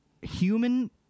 Human